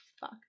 Fuck